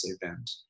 event